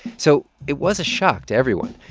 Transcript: so it was a shock to everyone.